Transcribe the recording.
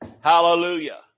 Hallelujah